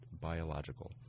biological